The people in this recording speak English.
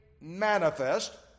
manifest